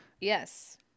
Yes